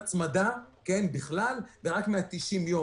ולרבות תגמול בעד ימי שירות במילואים